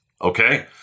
Okay